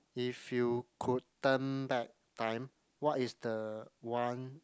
if you could turn back time what is the one